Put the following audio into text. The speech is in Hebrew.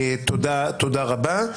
תודה רבה.